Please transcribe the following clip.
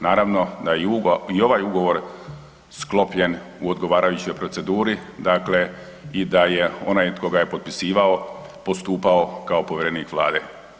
Naravno da je i ovaj ugovor sklopljen u odgovarajućoj proceduri, dakle i da je onaj tko ga je potpisivao, postupao kao povjerenik Vlade.